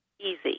easy